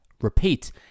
Repeat